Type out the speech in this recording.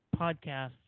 podcast